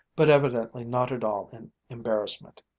but evidently not at all in embarrassment,